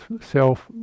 self